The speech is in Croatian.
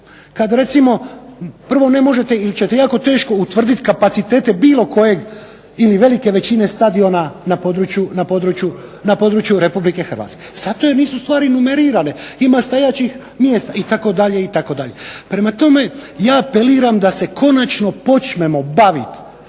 kad recimo prvo ne možete ili ćete jako teško utvrditi kapacitete bilo kojeg ili velike većine stadiona na području Republike Hrvatske zato jer nisu stvari numerirane. Ima stajaćih mjesta itd. itd. Prema tome, ja apeliram da se konačno počnemo baviti